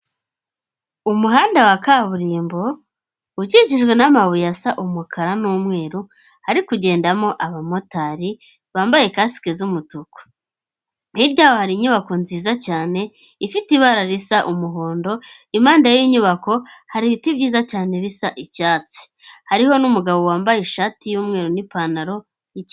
Umuhanda wa kaburimbo ukikijwe n'amabuye asa umukara n'umweru hari kugendamo abamotari bambaye casque z'umutuku, hiryaha hari inyubako nziza cyane ifite ibara risa umuhondo, impande yiyo nyubako hari ibiti byiza cyane bisa icyatsi, hariho n'umugabo wambaye ishati y'umweru n'ipantaro y'icya.